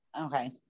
Okay